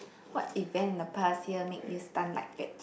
what event in the past year make you stun like veg~